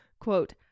quote